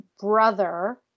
brother